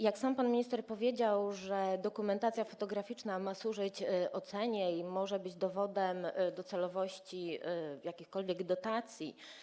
Jak sam pan minister powiedział, dokumentacja fotograficzna ma służyć ocenie i może być dowodem na celowość jakichkolwiek dotacji.